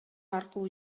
аркылуу